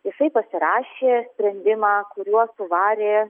jisai pasirašė sprendimą kuriuo suvarė